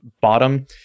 bottom